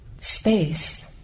space